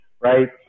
right